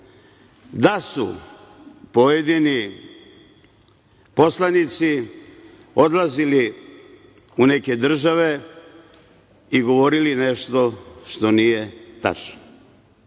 da su pojedini poslanici odlazili u neke države i govorili nešto što nije tačno.